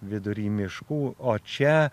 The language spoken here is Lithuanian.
vidury miškų o čia